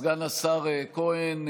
סגן השר כהן,